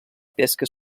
pesca